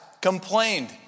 complained